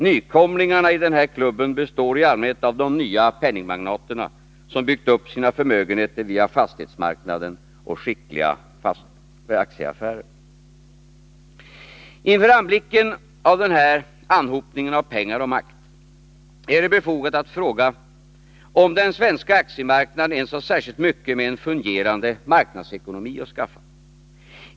Nykomlingarna i den här klubben består i allmänhet av de nya penningmagnaterna, som byggt upp sina förmögenheter via fastighetsmarknaden och skickliga aktieaffärer. Inför anblicken av denna anhopning av pengar och makt är det befogat att fråga, om den svenska aktiemarknaden ens har särskilt mycket med en fungerande marknadsekonomi att skaffa.